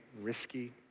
risky